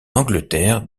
angleterre